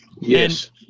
Yes